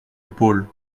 épaules